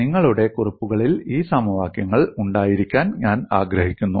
നിങ്ങളുടെ കുറിപ്പുകളിൽ ഈ സമവാക്യങ്ങൾ ഉണ്ടായിരിക്കാൻ ഞാൻ ആഗ്രഹിക്കുന്നു